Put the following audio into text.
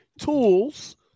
tools